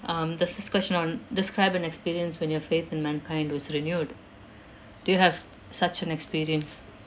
um there's this question on describe an experience when your faith in mankind was renewed do you have such an experience